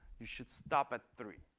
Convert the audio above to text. you should stop at three.